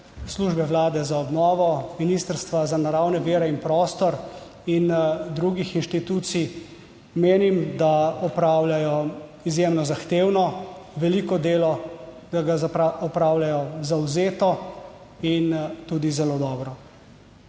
Službe vlade za obnovo Ministrstva za naravne vire in prostor in drugih inštitucij, menim, da opravljajo izjemno zahtevno, veliko delo, da ga opravljajo zavzeto in tudi zelo dobro.